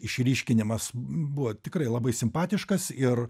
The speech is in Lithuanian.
išryškinimas buvo tikrai labai simpatiškas ir